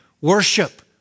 Worship